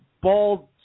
bald